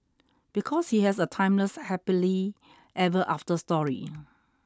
because he has a timeless happily ever after story